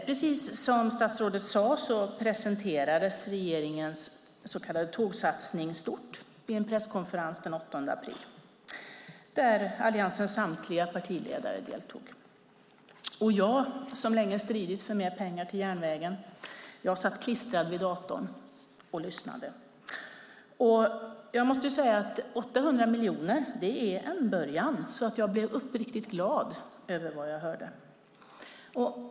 Precis som statsrådet sade presenterades regeringens så kallade tågsatsning stort vid en presskonferens den 8 april där Alliansens samtliga partiledare deltog. Jag, som länge stridit för mer pengar till järnvägen, satt som klistrad vid datorn och lyssnade. Jag måste säga att 800 miljoner är en början, så jag blev uppriktigt glad över vad jag hörde.